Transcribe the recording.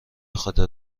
خاطر